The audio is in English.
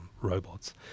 robots